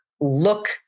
look